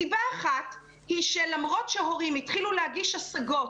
סיבה אחת היא שלמרות שהורים התחילו להגיש השגות